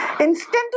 instantly